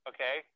Okay